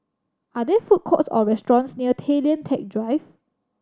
are there food courts or restaurants near Tay Lian Teck Drive